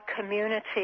community